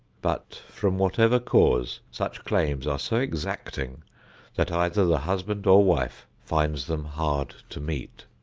but, from whatever cause, such claims are so exacting that either the husband or wife finds them hard to meet.